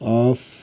off